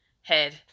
head